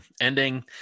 ending